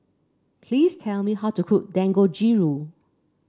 please tell me how to cook Dangojiru